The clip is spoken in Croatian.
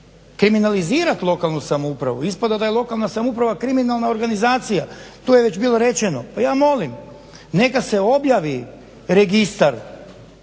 kriminalizirat lokalnu samoupravu. Ispada da je lokalna samouprava kriminalna organizacija, to je već bilo rečeno. Pa ja molim, neka se objavi registar